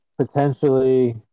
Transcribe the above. potentially